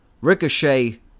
Ricochet